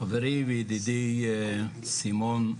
היו"ר סימון,